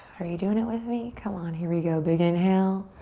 are you doing it with me? come on. here we go. big inhale.